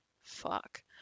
Fuck